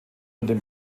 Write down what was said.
unter